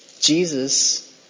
Jesus